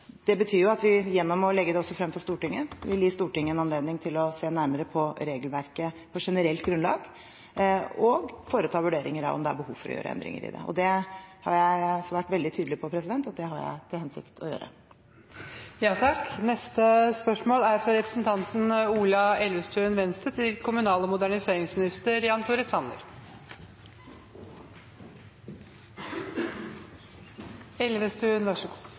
Det betyr at vi gjennom også å legge det fram for Stortinget vil gi Stortinget en anledning til å se nærmere på regelverket på generelt grunnlag og foreta vurderinger av om det er behov for å gjøre endringer i det. Og jeg har svart veldig tydelig på at det har jeg til hensikt å gjøre. «Det nye regjeringskvartalet vil bli et av de største, offentlige byggeprosjektene i årene fremover. Det må legges til grunn at et så omfattende og